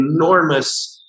enormous